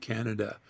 Canada